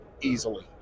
easily